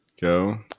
go